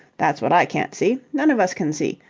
that's what i can't see. none of us can see.